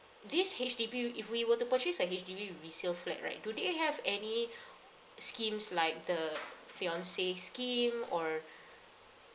this H_D_B if we were to purchase a H_D_B resale flat right do they have any schemes like the fiance scheme or